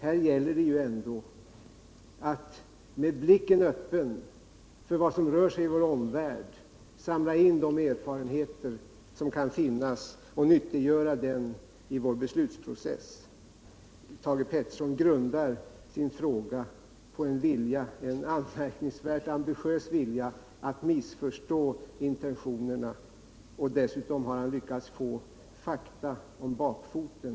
Här gäller det ju ändå att med blicken öppen för vad som rör sig i vår omvärld samla in de erfarenheter som kan finnas och nyttiggöra sig dem i vår beslutsprocess. Thage Peterson grundar sin fråga på en anmärkningsvärt ambitiös vilja att missförstå intentionerna. Dessutom har han på köpet lyckats få fakta om bakfoten.